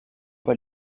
pas